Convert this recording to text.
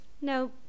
No